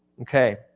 Okay